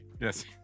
Yes